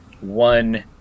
one